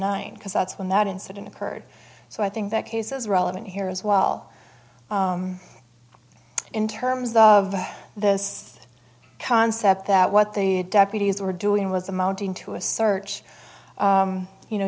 nine because that's when that incident occurred so i think that case is relevant here as well in terms of this concept that what the deputies were doing was amounting to a search you know